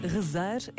Rezar